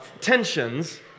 tensions